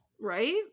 Right